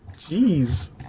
Jeez